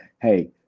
hey